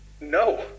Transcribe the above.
No